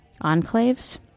enclaves